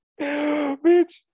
Bitch